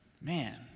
Man